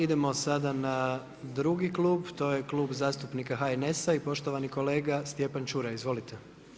Idemo sada na drugi klub, to je Klub zastupnika HNS-a i poštovani kolega Stjepan Čuraj, izvolite.